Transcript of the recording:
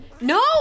No